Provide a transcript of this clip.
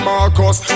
Marcus